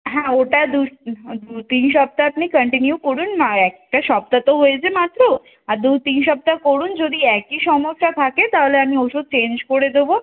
হ্যাঁ ওটা দু দু তিন সপ্তা আপনি কান্টিনিউ করুন না একটা সপ্তাহ তো হয়েছে মাত্র আর দু তিন সপ্তাহ করুন যদি একই সমস্যা থাকে তাহলে আমি ওষুধ চেঞ্জ করে দোবো